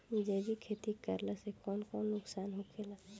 जैविक खेती करला से कौन कौन नुकसान होखेला?